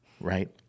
right